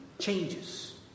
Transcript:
changes